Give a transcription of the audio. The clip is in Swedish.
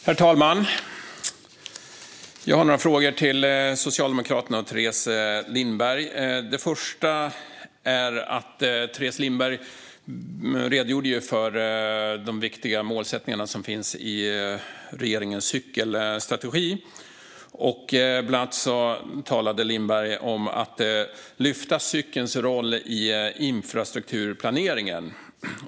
Herr talman! Jag har några frågor till Socialdemokraterna och Teres Lindberg. Teres Lindberg redogjorde för de viktiga målsättningar som finns i regeringens cykelstrategi. Bland annat talade hon om att lyfta cykelns roll i infrastrukturplaneringen.